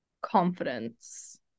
confidence